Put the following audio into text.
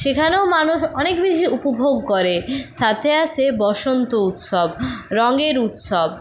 সেখানেও মানুষ অনেকবেশি উপভোগ করে সাথে আসে বসন্ত উৎসব রঙের উৎসব